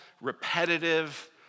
repetitive